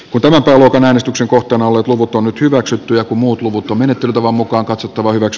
kuten äänestyksen kulut on ollut luovuttu nyt hyväksyttyä muut luvut on menettelytavan mukaan katsottava myös